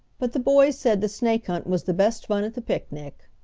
but the boys said the snake hunt was the best fun at the picnic.